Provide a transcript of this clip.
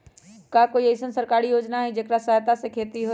का कोई अईसन सरकारी योजना है जेकरा सहायता से खेती होय?